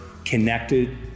connected